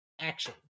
action